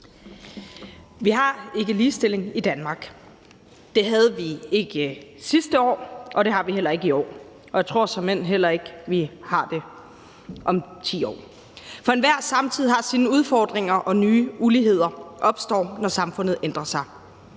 Vi har ikke ligestilling i Danmark. Det havde vi ikke sidste år, det har vi heller ikke i år, og jeg tror såmænd heller ikke, at vi har det om 10 år. For enhver samtid har sine udfordringer, og nye uligheder opstår, når samfundet ændrer sig.